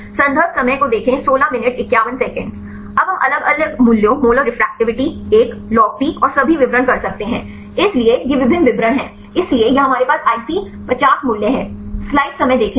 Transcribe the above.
अब हम अलग अलग मूल्यों मोलर रेफ्रेक्टिविटी एक लॉग पी और सभी विवरण कर सकते हैं इसलिए ये विभिन्न विवरण हैं इसलिए यहां हमारे पास IC50 मूल्य हैं